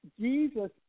Jesus